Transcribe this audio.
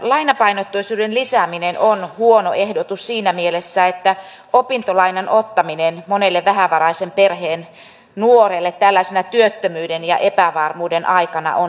lainapainotteisuuden lisääminen on huono ehdotus siinä mielessä että opintolainan ottaminen monelle vähävaraisen perheen nuorelle tällaisena työttömyyden ja epävarmuuden aikana on suuri riski